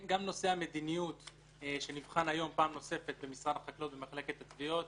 גם נושא המדיניות שנבחן היום פעם נוספת במשרד החקלאות במחלקת התביעות